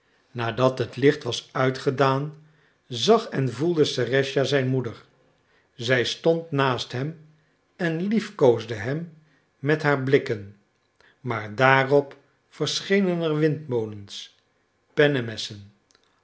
nadat het licht was uitgedaan zag en voelde serëscha zijn moeder zij stond naast hem en liefkoosde hem met haar blikken maar daarop verschenen er windmolens